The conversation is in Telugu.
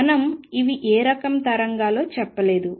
మనం ఇవి ఏ రకం తరంగాలో చెప్పలేదు